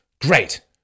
Great